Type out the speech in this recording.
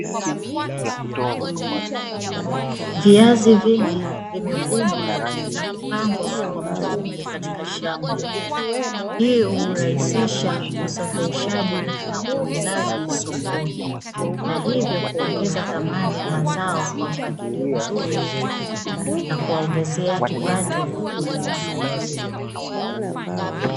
Viazi vingi vimevunwa na kupangwa kwa mafungu katika shamba. Hii hurahisisha usafirishaji na uuzaji sokoni, na hivyo huongeza thamani ya mazao kwa mpangilio mzuri na kuwaongezea kipato wakulima.